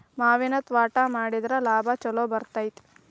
ಮಾವಿನ ತ್ವಾಟಾ ಮಾಡಿದ್ರ ಲಾಭಾ ಛಲೋ ಬರ್ತೈತಿ